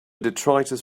detritus